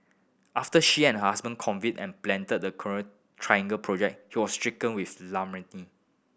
after she and her husband and planned the Coral Triangle project he was stricken with